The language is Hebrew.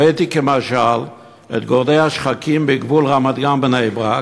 הבאתי כמשל את גורדי השחקים בגבול רמת-גן בני-ברק,